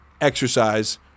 exercise